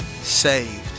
saved